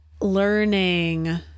learning